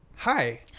Hi